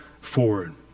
forward